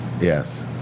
Yes